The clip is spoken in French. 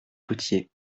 potier